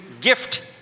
gift